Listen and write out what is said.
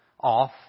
off